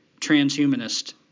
transhumanist